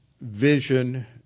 vision